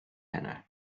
heno